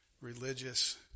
religious